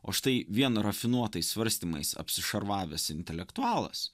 o štai vien rafinuotais svarstymais apsišarvavęs intelektualas